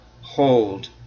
hold